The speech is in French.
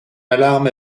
alarme